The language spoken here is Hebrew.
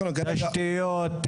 תשתיות,